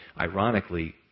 ironically